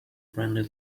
friendly